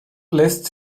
lässt